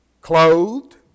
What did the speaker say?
clothed